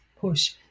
push